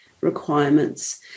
requirements